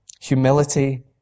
Humility